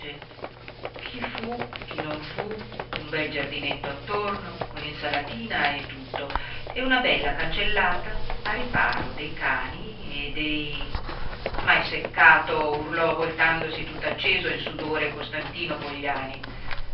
chi fu chi non fu un bel giardinetto attorno con l'insalatina e tutto e una bella cancellata a riparo dei cani e dei m'hai seccato urlò voltandosi tutt'acceso e in sudore costantino pogliani